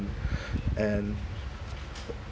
and